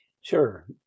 sure